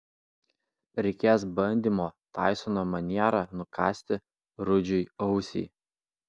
reikės bandymo taisono maniera nukąsti rudžiui ausį